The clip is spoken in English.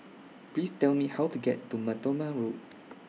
Please Tell Me How to get to Mar Thoma Road